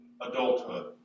adulthood